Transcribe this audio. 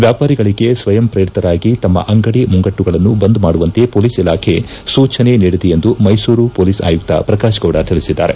ವ್ಹಾಪಾರಿಗಳಿಗೆ ಸ್ವಯಂಪ್ರೇರಿತರಾಗಿ ತಮ್ಮ ಅಂಗಡಿ ಮುಂಗಟ್ಟುಗಳನ್ನು ಬಂದ್ ಮಾಡುವಂತೆ ಪೊಲೀಸ್ ಇಲಾಖೆ ಸೂಚನೆ ನೀಡಿದೆ ಎಂದು ಮೈಸೂರು ಪೊಲೀಸ್ ಆಯುಕ್ತ ಪ್ರಕಾಶಗೌಡ ತಿಳಿಸಿದ್ದಾರೆ